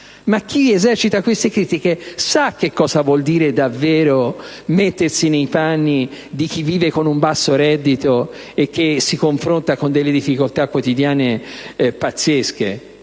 Chi avanza queste critiche sa cosa vuol dire davvero mettersi nei panni di chi vive con un basso reddito e che si confronta con delle difficoltà quotidiane pazzesche,